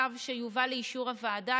בצו שיובא לאישור הוועדה,